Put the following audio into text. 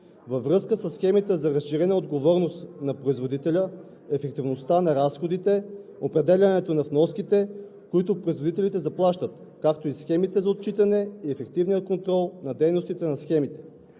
във връзка със схемите за разширена отговорност на производителя, ефективността на разходите, определянето на вноските, които производителите заплащат, както и системи за отчитане и ефективен контрол на дейността на схемите.